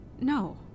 No